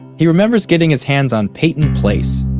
he remembers getting his hands on peyton place,